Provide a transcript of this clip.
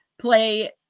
play